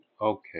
Okay